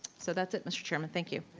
so that's it mr. chairman, thank you.